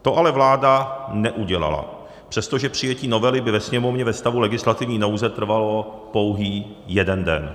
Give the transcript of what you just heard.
To ale vláda neudělala, přestože přijetí novely by ve Sněmovně ve stavu legislativní nouze trvalo pouhý jeden den.